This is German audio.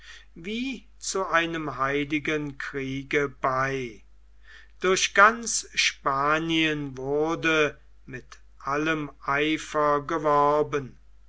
wie zu einem heiligen kriege bei durch ganz spanien wurde mit allem eifer geworben